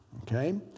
Okay